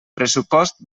pressupost